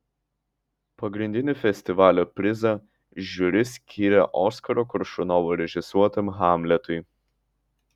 pagrindinį festivalio prizą žiuri skyrė oskaro koršunovo režisuotam hamletui